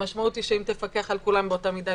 המשמעות היא שאם תפקח על כולם באותה מידה,